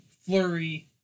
Flurry